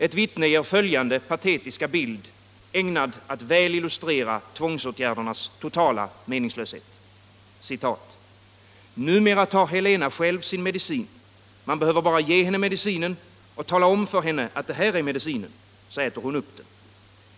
Ett vittne ger följande patetiska bild, ägnad att väl illustrera tvångsåtgärdernas totala meningslöshet: ”Numera tar Helena själv sin medicin, man behöver bara ge henne medicinen och tala om för henne att det här är medicinen, så äter hon upp den.